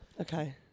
Okay